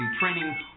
training